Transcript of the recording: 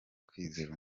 kwizera